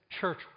church